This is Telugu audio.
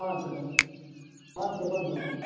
చెప్పండి చెప్పండి చెప్పండి